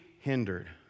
hindered